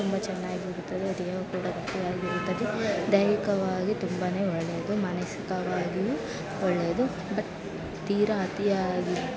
ತುಂಬ ಚೆನ್ನಾಗಿರುತ್ತದೆ ದೇಹ ಕೂಡ ಗಟ್ಟಿಯಾಗಿರುತ್ತದೆ ದೈಹಿಕವಾಗಿ ತುಂಬ ಒಳ್ಳೆಯದು ಮಾನಸಿಕವಾಗಿಯೂ ಒಳ್ಳೆಯದು ಬಟ್ ತೀರಾ ಅತಿಯಾಗಿ